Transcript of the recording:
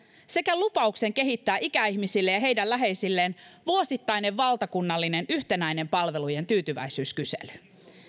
sekä lupauksen kehittää ikäihmisille ja heidän läheisilleen vuosittainen valtakunnallinen yhtenäinen palvelujen tyytyväisyyskysely